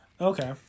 Okay